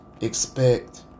expect